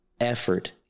effort